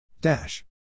Dash